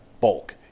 bulk